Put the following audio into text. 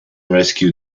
rescue